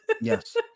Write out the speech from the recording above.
Yes